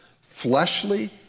fleshly